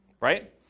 right